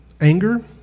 anger